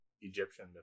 Egyptian